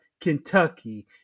Kentucky